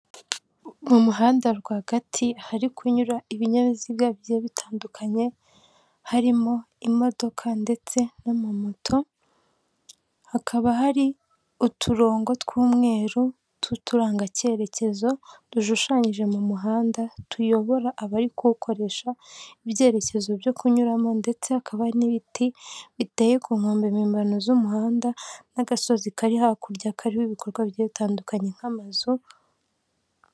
Mu muhanda rwagati hari kunyura ibinyabiziga bigiye bitandukanye harimo imodoka ndetse n'amamoto, hakaba hari uturongo tw'umweru tw'uturangakerekezo dushushanyije mu muhanda tuyobora abari kuwukoresha ibyerekezo byo kunyuramo ndetse hakaba hari n'ibiti biteye ku nkombe mpimbano z'umuhanda n'agasozi kari hakurya karimo ibikorwa bigiye bitandukanye nk'amazu.